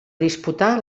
disputar